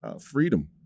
freedom